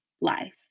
life